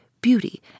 beauty